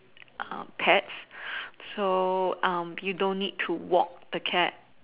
uh pets so um you don't need to walk the cat